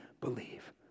believe